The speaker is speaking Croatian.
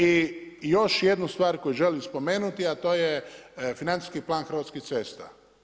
I još jednu stvar koju želim spomenuti, a to je financijski plan Hrvatskih cesta.